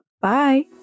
Bye